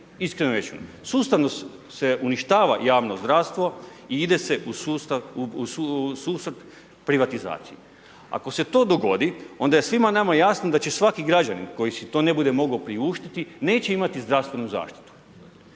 iskreno rečeno. Sustavno se uništava javno zdravstvo i ide se u sustav privatizacije. Ako se to dogodi, onda je svima nama jasno da će svaki građanin koji si to ne bude mogao priuštiti, neće imati zdravstvenu zaštitu.